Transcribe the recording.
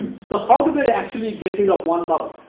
so, how do they are actually getting a one bubble.